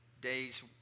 days